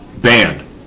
Banned